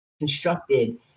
constructed